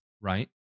right